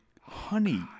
honey